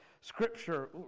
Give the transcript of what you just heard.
scripture